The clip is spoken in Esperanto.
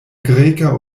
greka